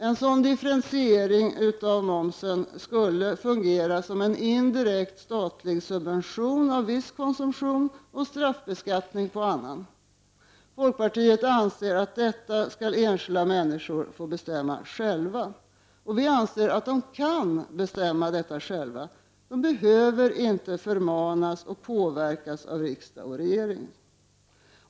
En sådan differentiering av momsen skulle fungera som en indirekt statlig subvention av viss konsumtion och straffbeskattning av annan. Folkpartiet anser att detta skall enskilda människor få bestämma själva. Och vi anser att de kan bestämma detta själva — de behöver inte förmanas och påverkas av riksdag och regering.